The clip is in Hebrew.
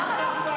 למה לא?